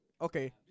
Okay